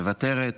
מוותרת.